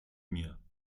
mir